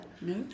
No